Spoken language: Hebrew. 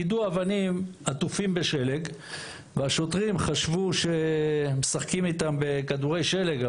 יידו אבנים עטופים בשלג והשוטרים חשבו שמשחקים איתם בכדורי שלג,